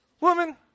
Woman